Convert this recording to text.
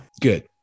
Good